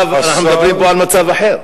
פה אנחנו מדברים על מצב אחר.